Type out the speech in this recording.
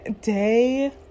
day